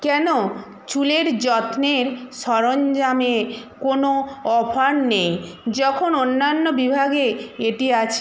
কেন চুলের যত্নের সরঞ্জামে কোনো অফার নেই যখন অন্যান্য বিভাগে এটি আছে